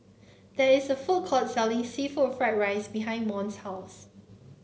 there is a food court selling seafood Fried Rice behind Mont's house